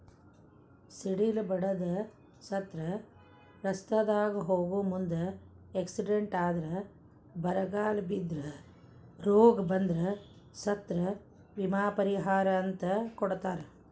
ಸಿಡಿಲ ಬಡದ ಸತ್ರ ರಸ್ತಾದಾಗ ಹೋಗು ಮುಂದ ಎಕ್ಸಿಡೆಂಟ್ ಆದ್ರ ಬರಗಾಲ ಬಿದ್ರ ರೋಗ ಬಂದ್ರ ಸತ್ರ ವಿಮಾ ಪರಿಹಾರ ಅಂತ ಕೊಡತಾರ